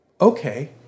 okay